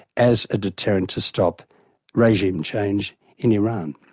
as a deterrent to stop regime change in iran.